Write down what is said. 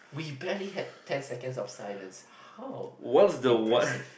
we barely had ten seconds of silence how impressive